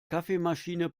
kaffeemaschine